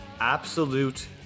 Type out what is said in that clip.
Absolute